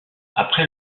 après